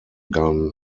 gun